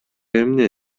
эмне